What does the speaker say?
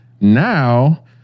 Now